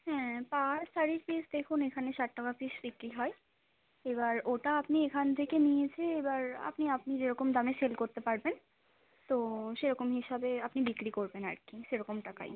হ্যাঁ পার শাড়ির পিস দেখুন এখানে ষাট টাকা পিস বিক্রি হয় এবার ওটা আপনি এখান থেকে নিয়ে এসে এবার আপনি আপনি যেরকম দামে সেল করতে পারবেন তো সেরকম হিসাবে আপনি বিক্রি করবেন আর কি সেরকম টাকায়